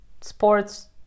sports